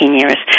years